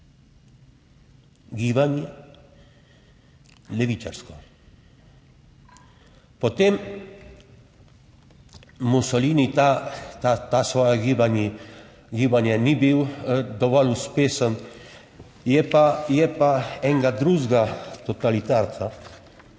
Gibanje, levičarsko. Potem Mussolini ta svoja gibanje, gibanje, ni bil dovolj uspešen, je pa, je pa enega drugega totalitarca,